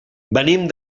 venim